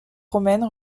romaine